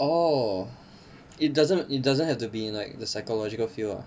oh it doesn't it doesn't have to be in like the psychological field ah